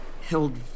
held